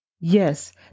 Yes